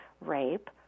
rape